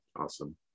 Awesome